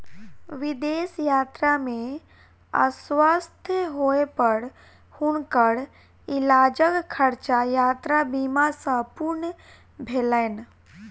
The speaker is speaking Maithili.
विदेश यात्रा में अस्वस्थ होय पर हुनकर इलाजक खर्चा यात्रा बीमा सॅ पूर्ण भेलैन